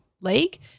league